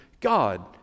God